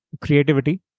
Creativity